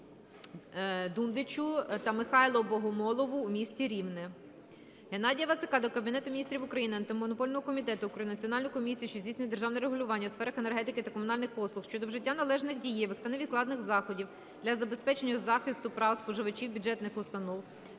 Дундичу та Михайлу Богомолову у місті Рівне. Геннадія Вацака до Кабінету Міністрів України, Антимонопольного комітету України, Національної комісії, що здійснює державне регулювання у сферах енергетики та комунальних послуг щодо вжиття належних дієвих та невідкладних заходів для забезпечення захисту прав споживачів - бюджетних установ;